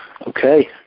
Okay